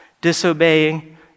disobeying